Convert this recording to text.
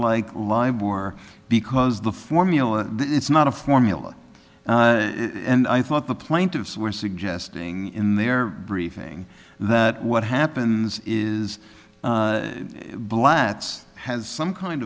like libel or because the formula it's not a formula and i thought the plaintiffs were suggesting in their briefing that what happens is blatz has some kind